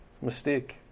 mistake